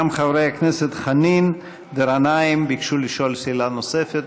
גם חברי הכנסת חנין וגנאים ביקשו לשאול שאלה נוספת,